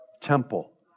temple